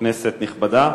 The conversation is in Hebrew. כנסת נכבדה,